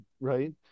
right